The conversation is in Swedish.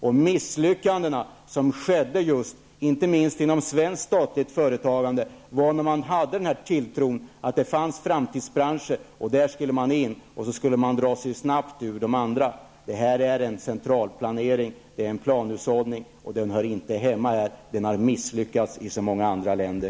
De misslyckanden som skett, inte minst inom svenskt statligt företagande, inträffade just när man hade tron på att det fanns framtidsbranscher som man skulle gå in i, medan man snabbt skulle dra sig ur de andra. Detta är en centralplanering och planhushållning som inte hör hemma här. Den har redan misslyckats i så många andra länder.